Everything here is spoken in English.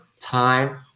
time